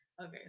Okay